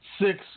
six